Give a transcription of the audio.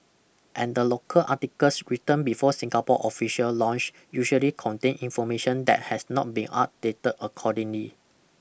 and the local articles written before Singapore's official launch usually contain information that has not been updated accordingly